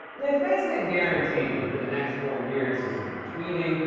it's basically a guarantee that for the next four years, he's going to be tweeting,